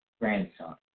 grandson